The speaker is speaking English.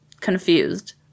Confused